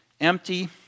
empty